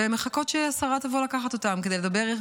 ומחכות שהשרה תבוא לקחת אותם כדי לדבר.